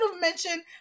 mention